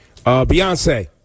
Beyonce